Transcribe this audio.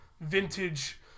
vintage